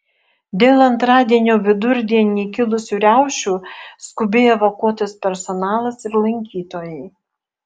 dėl antradienio vidurdienį kilusių riaušių skubiai evakuotas personalas ir lankytojai